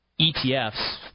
ETFs